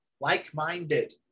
like-minded